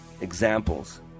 Examples